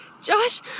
Josh